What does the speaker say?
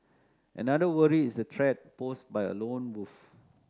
another worry is the threat posed by a lone wolf